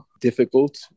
difficult